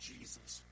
Jesus